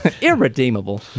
Irredeemable